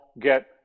get